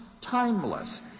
timeless